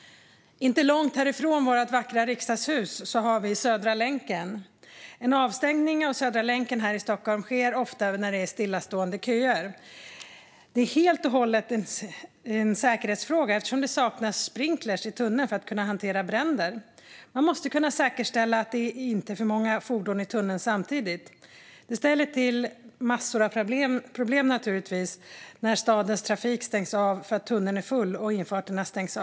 Inte långt härifrån vårt vackra riksdagshus har vi Södra länken. En avstängning av Södra länken här i Stockholm sker ofta när det är stillastående köer, och det är helt och hållet en säkerhetsfråga eftersom det saknas sprinkler i tunneln för att kunna hantera bränder. Man måste kunna säkerställa att det inte är för många fordon i tunneln samtidigt. Det ställer naturligtvis till massor av problem när stadens trafik och infarter stängs av för att tunneln är full. Det leder till kaos.